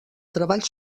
treball